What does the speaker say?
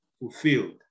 fulfilled